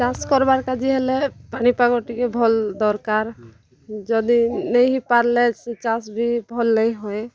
ଚାଷ୍ କର୍ବାର୍ କାଜି ହେଲେ ପାଣି ପାଗ ଟିକେ ଭଲ୍ ଦର୍କାର୍ ଯଦି ନେଇଁ ହେଇ ପାର୍ଲେ ସେ ଚାଷ୍ ବି ଭଲ୍ ନେଇଁ ହୁଏ